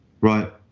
right